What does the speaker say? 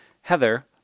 Heather